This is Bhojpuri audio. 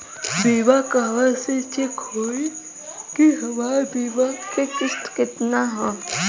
बीमा कहवा से चेक होयी की हमार बीमा के किस्त केतना ह?